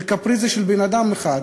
של קפריזה של בן-אדם אחד.